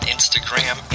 Instagram